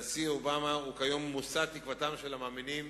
הנשיא אובמה הוא כיום מושא תקוותם של המאמינים